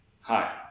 Hi